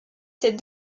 ses